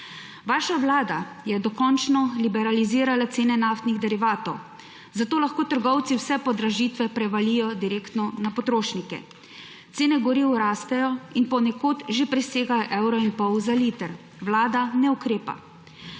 Vaša vlada je dokončno liberalizirala cene naftnih derivatov, zato lahko trgovci vse podražitve prevalijo direktno na potrošnike. Cene goriv rastejo in ponekod že presegajo evro in pol za liter, vlada pa ne ukrepa.